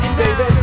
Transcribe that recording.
baby